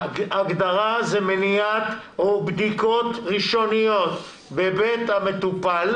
ההגדרה זה מניעת או בדיקות ראשוניות בבית המטופל